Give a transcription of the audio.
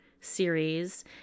series